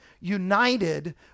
united